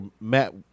Matt